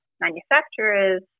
manufacturers